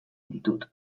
ditut